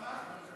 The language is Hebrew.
כמה?